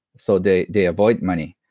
so they they avoid money.